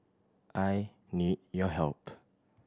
I need your help